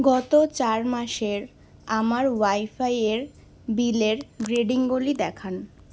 গত চার মাসের আমার ওয়াইফাইয়ের বিলের রিডিংগুলি দেখান